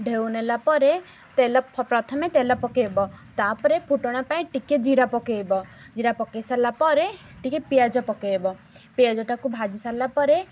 ଢେଉ ନେଲା ପରେ ତେଲ ପ୍ରଥମେ ତେଲ ପକେଇବ ତା'ପରେ ଫୁଟଣ ପାଇଁ ଟିକେ ଜିରା ପକେଇବ ଜିରା ପକେଇ ସାରିଲା ପରେ ଟିକେ ପିଆଜ ପକେଇବ ପିଆଜଟାକୁ ଭାଜି ସାରିଲା ପରେ